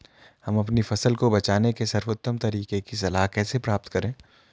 हम अपनी फसल को बचाने के सर्वोत्तम तरीके की सलाह कैसे प्राप्त करें?